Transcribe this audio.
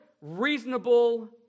reasonable